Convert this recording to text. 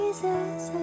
Jesus